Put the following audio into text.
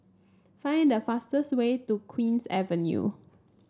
find the fastest way to Queen's Avenue